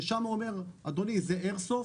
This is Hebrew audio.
שם הוא אומר: אדוני, זה איירסופט,